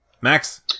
Max